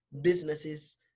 businesses